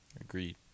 Agreed